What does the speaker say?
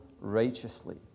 righteously